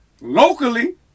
Locally